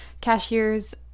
Cashiers